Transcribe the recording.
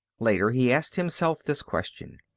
later, he asked himself this question.